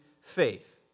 faith